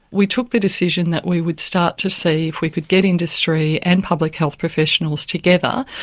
we took the decision that we would start to see if we could get industry and public health professionals together,